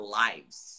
lives